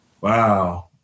Wow